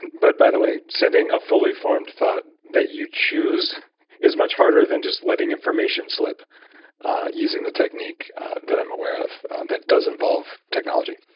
but by the way, sending a fully formed thought that you choose is much harder than just letting information slip using the technique that i'm aware of that does involve technology.